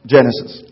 Genesis